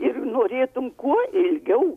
ir norėtum kuo ilgiau